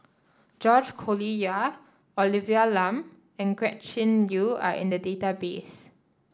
George Collyer Olivia Lum and Gretchen Liu are in the database